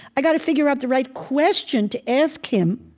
i got to figure out the right question to ask him.